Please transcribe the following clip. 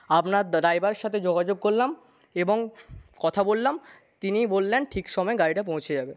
আপনার ড্রাইভারের সাথে যোগাযোগ করলাম এবং কথা বললাম তিনি বললেন ঠিক সময় গাড়িটা পৌঁছে যাবে